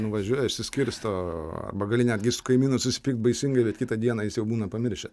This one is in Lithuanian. nuvažiuoja išsiskirsto arba gali netgi su kaimynu susipykt baisingai bet kitą dieną jis jau būna pamiršęs